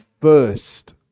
first